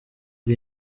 iri